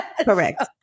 correct